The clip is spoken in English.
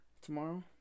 Tomorrow